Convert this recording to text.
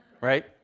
right